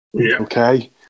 Okay